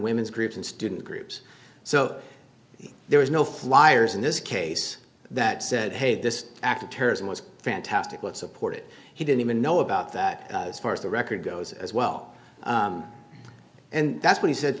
women's groups and student groups so there was no flyers in this case that said hey this act of terrorism was fantastic let's support it he didn't even know about that as far as the record goes as well and that's what he sa